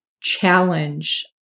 challenge